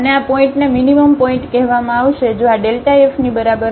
અને આ પોઇન્ટને મીનીમમપોઇન્ટ કહેવામાં આવશે જો આ f ની બરાબર હશે